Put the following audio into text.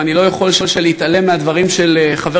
ואני לא יכול להתעלם מהדברים של חבר